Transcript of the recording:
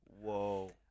Whoa